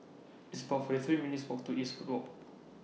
It's about forty three minutes' Walk to Eastwood Walk